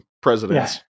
presidents